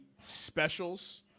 specials